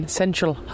central